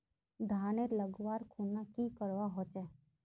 धानेर लगवार खुना की करवा होचे?